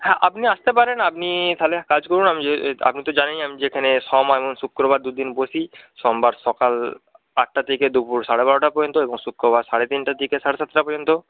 হ্যাঁ আপনি আসতে পারেন আপনি তাহলে এক কাজ করুন আমি যো আপনি তো জানেনই আমি যেখানে সোম আর শুক্রবার দুদিন বসি সোমবার সকাল আটটা থেকে দুপুর সাড়ে বারোটা পর্যন্ত এবং শুক্রবার সাড়ে তিনটে থেকে সাড়ে সাতটা পর্যন্ত